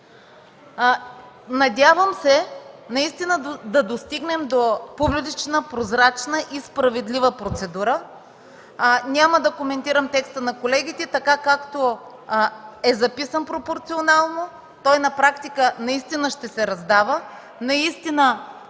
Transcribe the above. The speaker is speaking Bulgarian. Надявам се наистина да достигнем до публична, прозрачна и справедлива процедура. Няма да коментирам текста на колегите, така както е записан пропорционално, той на практика наистина ще се раздава,